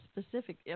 specific